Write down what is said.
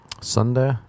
Sunday